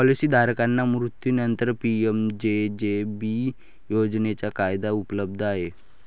policy धारकाच्या मृत्यूनंतरच PMJJB योजनेचा फायदा उपलब्ध आहे